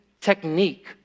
technique